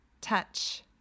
touch